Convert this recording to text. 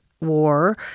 war